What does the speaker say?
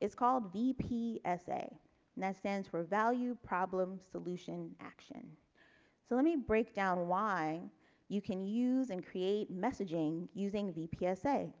is called v p. essay lessons were value problem solution action so let me break down why you can use and create messaging using the p s a.